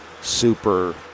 super